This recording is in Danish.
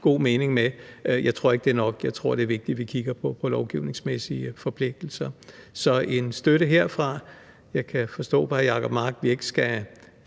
ikke er nok. Jeg tror ikke, det er nok. Jeg tror, det er vigtigt, at vi kigger på lovgivningsmæssige forpligtelser. Så der er støtte herfra. Jeg kan forstå på hr. Jacob Mark, at vi ikke skal